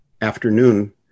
afternoon